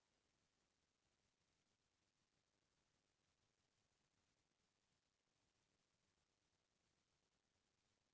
बिना बियाज के तो कोनो करजा देवय नइ अउ बिना बियाज के करजा दिही त कइसे कखरो संस्था चलही